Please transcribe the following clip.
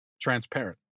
transparent